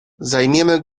zajmiemy